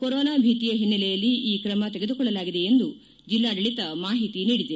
corona ಭೀತಿಯ ಹಿನ್ನೆಲೆಯಲ್ಲಿ ಈ ತ್ರಮ ತೆಗೆದುಕೊಳ್ಳಲಾಗಿದೆ ಎಂದು ಜಿಲ್ಲಾಡಳಿತ ಮಾಹಿತಿ ನೀಡಿದೆ